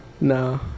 No